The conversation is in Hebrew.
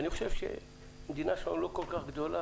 אני חושב שהמדינה שלנו לא כל כך גדולה